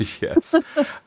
yes